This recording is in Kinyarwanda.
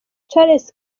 charles